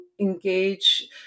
engage